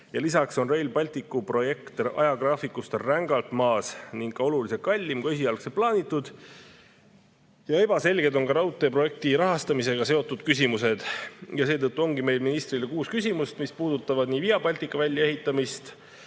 Lisaks on Rail Balticu projekt ajagraafikust rängalt maas ning ka oluliselt kallim, kui esialgselt plaanitud. Ebaselged on ka raudteeprojekti rahastamisega seotud küsimused. Seetõttu ongi meil ministrile kuus küsimust, mis puudutavad nii Via Baltica väljaehitamist